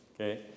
Okay